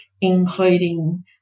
including